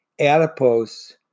adipose